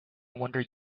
wonder